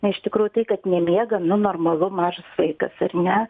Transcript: na iš tikrųjų tai kad nemiega nu normalu mažas vaikas ar ne